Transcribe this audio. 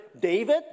David